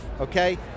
Okay